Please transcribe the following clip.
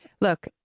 Look